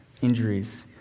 injuries